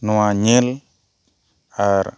ᱱᱚᱣᱟ ᱧᱮᱞ ᱟᱨ